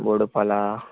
Boduppal